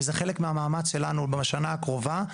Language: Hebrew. וזה חלק מהמאמץ שלנו בשנה הקרובה,